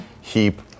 heap